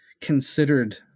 considered